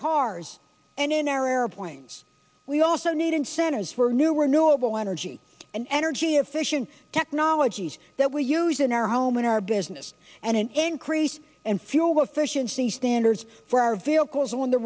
cars and in our air claims we also need incentives for newer noble energy and energy efficient technologies that we use in our home in our business and an increase in fuel efficiency standards for our vehicles on the